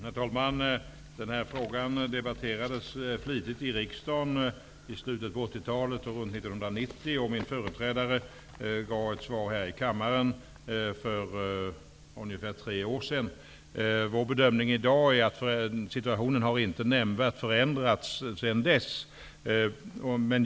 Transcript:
Herr talman! Denna fråga debatterades flitigt i riksdagen i slutet på 80-talet och runt 1990. Min företrädare gav ett svar här i kammaren för ungefär tre år sedan. Vår bedömning i dag är att situationen inte nämnvärt har förändrats sedan dess.